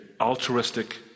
altruistic